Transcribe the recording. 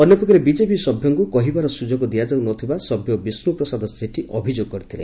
ଅନ୍ୟପକ୍ଷରେ ବିଜେପି ସଭ୍ୟଙ୍କୁ କହିବାର ସୁଯୋଗ ଦିଆ ଯାଉ ନ ଥିବା ସଭ୍ୟ ବିଷ୍ ୁ ପ୍ରସାଦ ସେଠୀ ଅଭିଯୋଗ କରିଥିଲେ